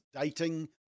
dating